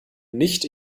nicht